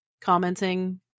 commenting